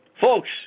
Folks